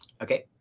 Okay